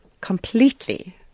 completely